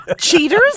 Cheaters